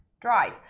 drive